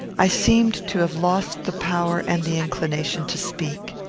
i seemed to have lost the power and the inclination to speak.